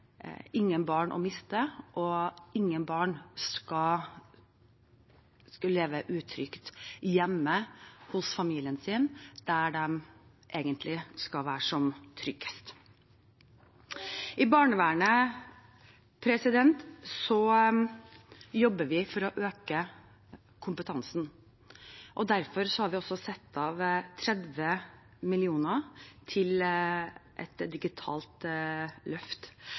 ingen barn å miste, og ingen barn skal leve utrygt hjemme hos familien sin, der de egentlig skal være som tryggest. Innen barnevernet jobber vi for å øke kompetansen. Derfor har vi satt av 30 mill. kr til et digitalt løft.